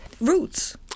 Roots